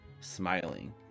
smiling